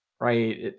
right